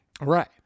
Right